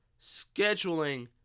scheduling